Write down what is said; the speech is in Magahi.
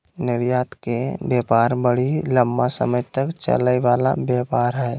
निर्यात के व्यापार बड़ी लम्बा समय तक चलय वला व्यापार हइ